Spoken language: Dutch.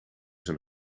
zijn